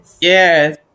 Yes